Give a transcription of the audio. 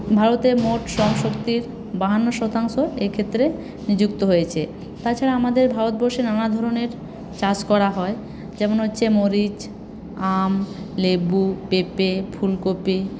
ভারতের মোট শ্রম শক্তির বাহান্ন শতাংশ এক্ষেত্রে নিযুক্ত হয়েছে তাছাড়া আমাদের ভারতবর্ষে নানা ধরণের চাষ করা হয় যেমন হচ্ছে মরিচ আম লেবু পেঁপে ফুলকপি